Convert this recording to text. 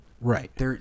Right